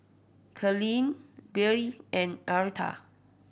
Carleen Billye and Aretha